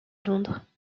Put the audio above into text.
londres